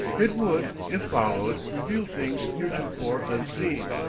it would, if followed, reveal things heretofore unseen.